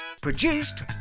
produced